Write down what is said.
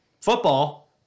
football